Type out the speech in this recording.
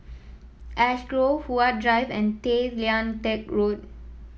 Ash Grove Huat Drive and Tay Lian Teck Road